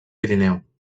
pirineu